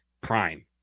prime